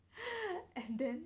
and then